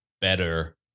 better